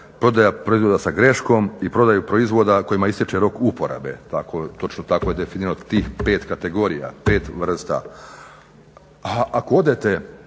prodaja proizvoda sa greškom i prodaja proizvoda kojima ističe rok uporabe. Točno tako je definirano tih pet kategorija, pet vrsta. Ako odete